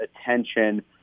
attention